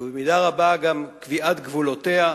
ובמידה רבה גם קביעת גבולותיה,